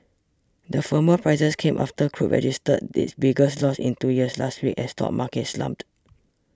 the firmer prices came after crude registered its biggest loss in two years last week as stock markets slumped